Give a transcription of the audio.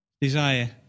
desire